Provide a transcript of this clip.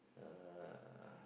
uh